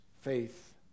faith